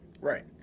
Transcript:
Right